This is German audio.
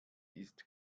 ist